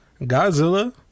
Godzilla